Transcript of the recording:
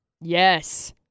Yes